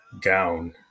gown